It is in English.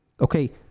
Okay